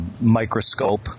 microscope